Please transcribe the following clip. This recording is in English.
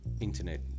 internet